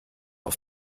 auf